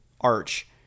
Arch